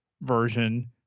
version